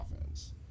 offense